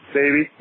baby